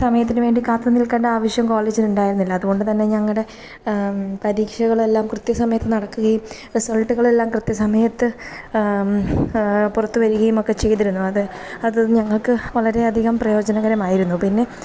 സമയത്തിനു വേണ്ടി കാത്തു നിൽക്കേണ്ട ആവശ്യം കോളേജിനുണ്ടായിരുന്നില്ല അതുകൊണ്ടു തന്നെ ഞങ്ങളുടെ പരീക്ഷകളെല്ലാം കൃത്യ സമയത്തു നടക്കുകയും റിസൾട്ടുകളെല്ലാം കൃത്യ സമയത്ത് പുറത്തു വരികയുമൊക്കെ ചെയ്തിരുന്നു അത് അത് ഞങ്ങൾക്കു വളരെയധികം പ്രയോജനകരമായിരുന്നു പിന്നെ